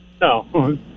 No